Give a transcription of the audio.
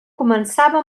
començava